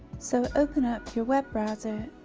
so open ah your web browser,